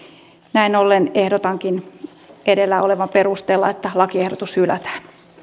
näin ollen ehdotankin edellä olevan perusteella että lakiehdotukset hylätään